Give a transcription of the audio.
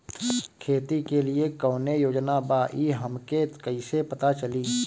खेती के लिए कौने योजना बा ई हमके कईसे पता चली?